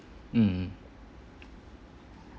mm mm